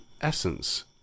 essence